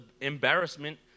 embarrassment